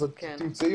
תמצאי